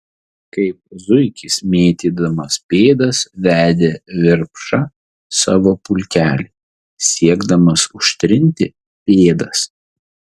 kaip zuikis mėtydamas pėdas vedė virpša savo pulkelį siekdamas užtrinti pėdas